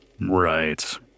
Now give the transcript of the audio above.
Right